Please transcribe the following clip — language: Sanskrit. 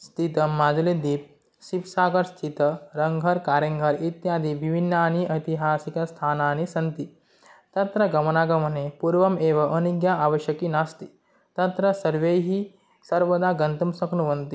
स्थितमाजलीदीप् शिवसागरस्थितं रङ्घर्कारङ्ग्र् इत्यादिविभिन्नानि ऐतिहासिकस्थानानि सन्ति तत्र गमनागमने पूर्वम् एव अनुज्ञा आवश्यकी नास्ति तत्र सर्वैः सर्वदा गन्तुं शक्नुवन्ति